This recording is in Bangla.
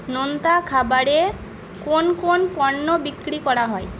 নোনতা খাবারে কোন কোন পণ্য বিক্রি করা হয়